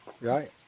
Right